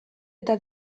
eta